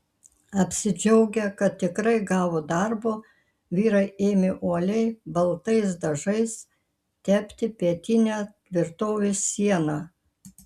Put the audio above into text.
apsidžiaugę kad tikrai gavo darbo vyrai ėmė uoliai baltais dažais tepti pietinę tvirtovės sieną